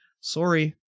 sorry